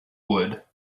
wood